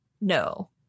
No